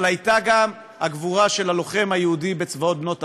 אבל הייתה גם הגבורה של הלוחם היהודי בצבאות בעלות הברית,